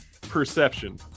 perception